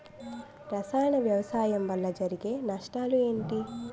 రసాయన వ్యవసాయం వల్ల జరిగే నష్టాలు ఏంటి?